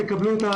תקבלו.